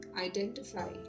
identify